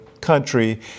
country